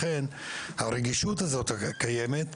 לכן הרגישות הזאת קיימת,